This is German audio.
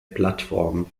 plattform